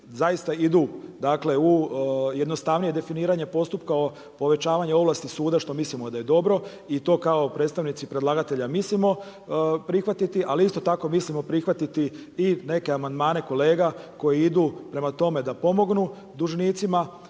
zaista idu, dakle u jednostavnije definiranje postupka povećavanja ovlasti suda što mislimo da je dobro i to kao predstavnici predlagatelja mislimo prihvatiti. Ali isto tako mislimo prihvatiti i neke amandmane kolega koji idu prema tome da pomognu dužnicima